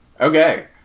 Okay